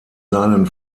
seinen